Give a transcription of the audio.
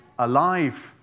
alive